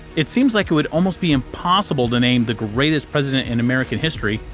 it seems like it would almost be impossible to name the greatest president in american history!